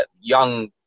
young